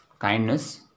Kindness